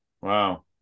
Wow